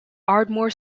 ardmore